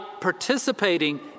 participating